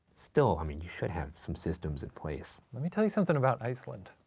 still, i mean, you should have some systems in place. let me tell you something about iceland.